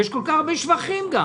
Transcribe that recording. ויש כל כך הרבה שבחים גם.